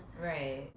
Right